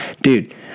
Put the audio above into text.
Dude